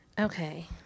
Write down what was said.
Okay